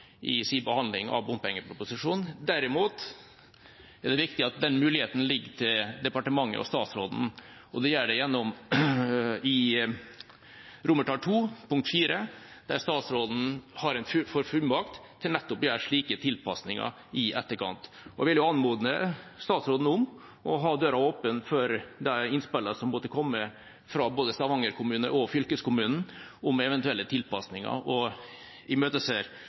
bompengeproposisjonen. Derimot er det viktig at den muligheten ligger til departementet og statsråden, og det gjør det i forslaget til vedtak II, punkt 4, der statsråden får fullmakt til nettopp å gjøre slike tilpasninger i etterkant. Jeg vil anmode statsråden om å ha døra åpen for de innspill som måtte komme fra både Stavanger kommune og fylkeskommunen, om eventuelle tilpasninger, og jeg imøteser